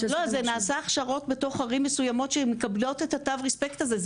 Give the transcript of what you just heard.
זה נעשה הכשרות בתוך ערים מסוימות שהם מקבלות את התו רספקט הזה.